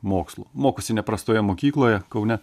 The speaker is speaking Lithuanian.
mokslo mokosi neprastoje mokykloje kaune